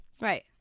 Right